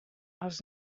els